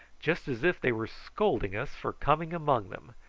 just as if they were scolding us for coming among them,